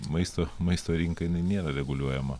maisto maisto rinka inai nėra reguliuojama